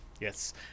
Yes